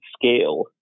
scale